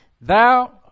Thou